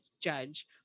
judge